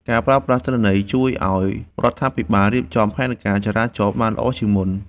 ការប្រើប្រាស់ទិន្នន័យ ជួយឱ្យរដ្ឋាភិបាលរៀបចំផែនការចរាចរណ៍បានល្អជាងមុន។